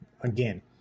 again